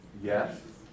Yes